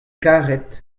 karet